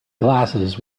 glasses